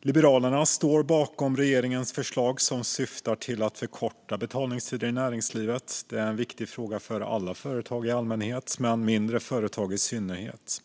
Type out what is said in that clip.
Liberalerna står bakom regeringens förslag, som syftar till att förkorta betalningstider i näringslivet. Det är en viktig fråga för företag i allmänhet och för mindre företag i synnerhet.